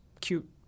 cute